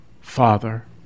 Father